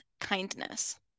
kindness